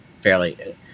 fairly